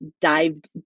dived